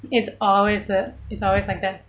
it's always the it's always like that